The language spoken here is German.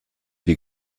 die